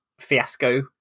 fiasco